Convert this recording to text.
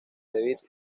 david